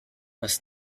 was